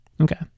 Okay